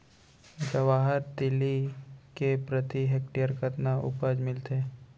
जवाहर तिलि के प्रति हेक्टेयर कतना उपज मिलथे?